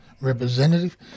representative